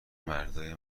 مردای